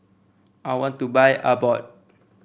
I want to buy Abbott